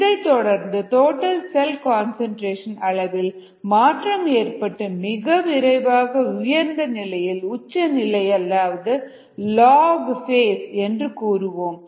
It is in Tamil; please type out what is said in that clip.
இதைத்தொடர்ந்து டோட்டல் செல் கன்சன்ட்ரேஷன் அளவில் மாற்றம் ஏற்பட்டு மிக விரைவாக உயர்ந்த நிலையை உச்சநிலை அல்லது லாக் ஃபேஸ் என்று கூறுவோம்